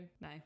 No